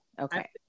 Okay